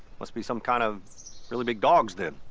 must be some kind of really big dogs, then.